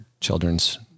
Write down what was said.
children's